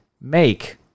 make